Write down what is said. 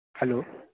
hello